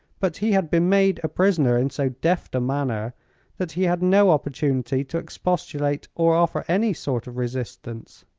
but he had been made a prisoner in so deft a manner that he had no opportunity to expostulate or offer any sort of resistance.